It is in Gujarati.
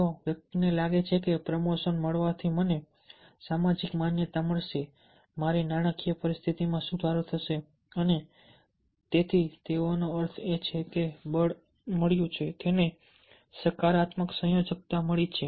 જો વ્યક્તિને લાગે છે કે પ્રમોશન મળવાથી મને સામાજિક માન્યતા મળશે મારી નાણાકીય સ્થિતિમાં સુધારો થશે અને તેથી તેનો અર્થ એ છે કે બળ એ મળ્યું છે તેને સકારાત્મક સંયોજકતા મળી છે